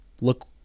Look